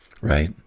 right